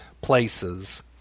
places